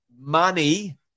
money